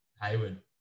Haywood